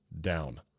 down